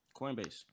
Coinbase